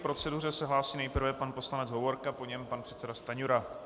K proceduře se hlásí nejprve pan poslanec Hovorka, po něm pan předseda Stanjura.